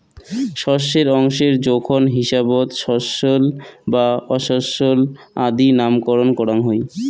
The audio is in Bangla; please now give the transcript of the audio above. শস্যর অংশের জোখন হিসাবত শস্যল বা অশস্যল আদি নামকরণ করাং হই